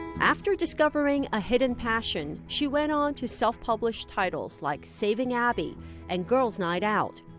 after discovering a hidden passion she went on to self publish titles like saving abby and girls' night out,